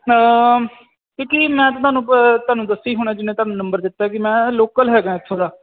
ਕਿਉਂਕਿ ਮੈਂ ਤੁਹਾਨੂੰ ਤੁਹਾਨੂੰ ਦੱਸਿਆ ਹੀ ਹੋਣਾ ਜਿਹਨੇ ਤੁਹਾਨੂੰ ਨੰਬਰ ਦਿੱਤਾ ਕਿ ਮੈਂ ਲੋਕਲ ਹੈਗਾ ਇੱਥੋਂ ਦਾ